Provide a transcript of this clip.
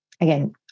again